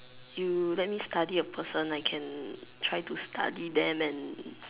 you let me study that person I can try and study them and